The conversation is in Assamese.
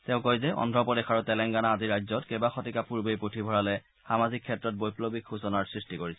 তেওঁ আৰু কয় যে অন্ধ্ৰপ্ৰদেশ আৰু তেলেংগানা আদি ৰাজ্যত কেইবাশতিকা পূৰ্বেই পুথিভঁৰালে সামাজিক ক্ষেত্ৰত বৈপ্লৱিক সূচনাৰ সৃষ্টি কৰিছিল